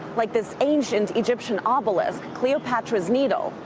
like this ancient egyptian obelisk, cleopatra's needle.